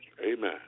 Amen